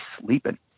sleeping